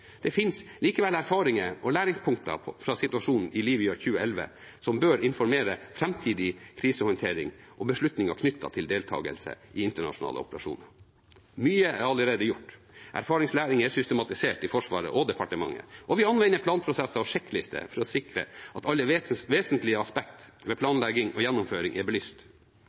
Det finnes likevel erfaringer og læringspunkter fra situasjonen i Libya 2011 som bør påvirke framtidig krisehåndtering og beslutninger knyttet til deltagelse i internasjonale operasjoner. Mye er allerede gjort. Erfaringslæring er systematisert i Forsvaret og i departementet, og vi anvender planprosesser og sjekklister for å sikre at alle vesentlige aspekter ved planlegging og gjennomføring er belyst.